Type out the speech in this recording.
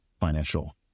financial